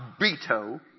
Beto